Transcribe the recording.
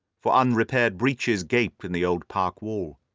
for unrepaired breaches gaped in the old park wall.